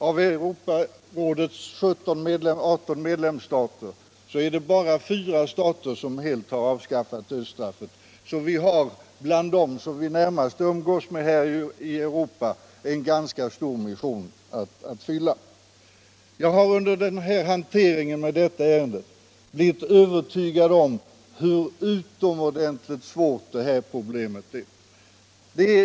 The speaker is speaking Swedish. Av Europarådets 18 medlemsstater har bara fyra helt avskaffat detta. Bland dem som vi närmast umgås med i Europa har vi alltså en ganska stor mission att fylla. Jag har under handläggningen av detta ärende blivit övertygad om hur utomordenligt svårt detta problem är.